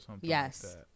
yes